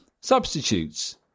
Substitutes